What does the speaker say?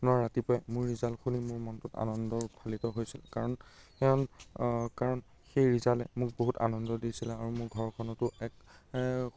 মই ৰাতিপুৱাই মোৰ ৰিজাল্ট শুনি মোৰ মনটো আনন্দত উৎফুল্লিত হৈছিল কাৰণ কাৰণ সেই ৰিজাল্টে মোক বহুত আনন্দ দিছিলে আৰু মোৰ ঘৰখনকো এক